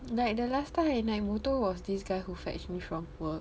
like the last time I naik motor was this guy who fetch me from work